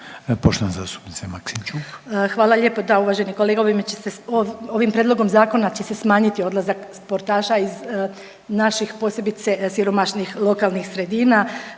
**Maksimčuk, Ljubica (HDZ)** Hvala lijepo. Da. Uvaženi kolega, ovime Prijedlogom zakona će se smanjiti odlazak sportaša iz naših, posebice siromašnijih lokalnih sredina,